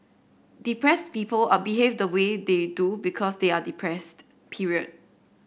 depress people are behave the way they do because they are depressed period